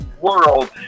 world